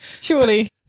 Surely